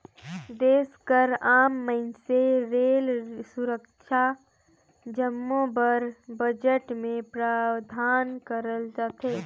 देस कर आम मइनसे रेल, सुरक्छा जम्मो बर बजट में प्रावधान करल जाथे